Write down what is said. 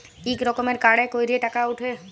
ইক রকমের কাড়ে ক্যইরে টাকা উঠে